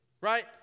right